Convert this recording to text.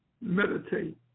meditate